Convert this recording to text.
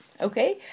Okay